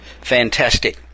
fantastic